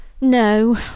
No